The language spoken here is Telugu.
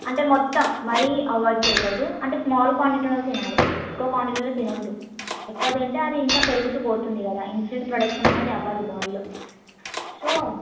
అంటే మొత్తం మరీ అవాయిడ్ చేయకూడదు అంటే స్మాల్ క్వాంటిటీలో తినాలి ఎక్కువ క్వాంటిటీలో తినొద్దు ఎక్కువ తింటే అది ఇంకా పెరుగుతూ పోతుంది కదా ఇన్సూలిన్ ప్రొడక్షన్ అనేది అవ్వదు బాడీలో సో